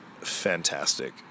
fantastic